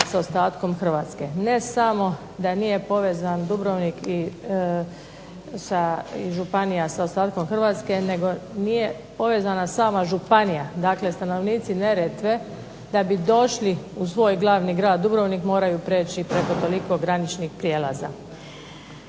s ostatkom Hrvatske. Ne samo da nije povezan Dubrovnik i županija sa ostatkom Hrvatske, nego nije povezana sama županija. Dakle, stanovnici Neretve da bi došli u svoj glavni grad Dubrovnik moraju preći preko toliko graničnih prijelaza.